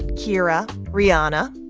kira, rihanna,